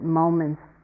moment's